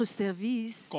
service